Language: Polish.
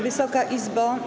Wysoka Izbo!